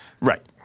Right